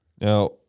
Now